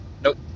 Nope